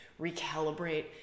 recalibrate